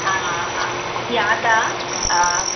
हा हा यादि आहे हा